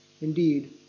Indeed